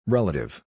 Relative